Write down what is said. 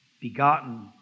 Begotten